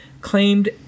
claimed